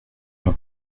jean